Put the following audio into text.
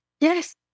yes